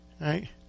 Right